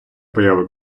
появи